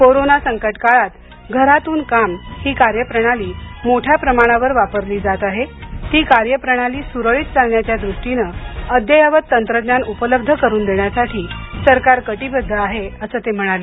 corona संकट काळात घरातून काम ही कार्य प्रणाली मोठ्या प्रमाणावर वापरली जात आहे ती कार्यप्रणाली सुरळीत चालण्याच्या दृष्टीनं अद्ययावत तंत्रज्ञान उपलब्ध करून देण्यासाठी सरकार कटिबद्ध आहे असं ते म्हणाले